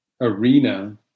arena